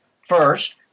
first